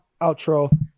outro